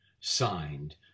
signed